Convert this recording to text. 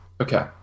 Okay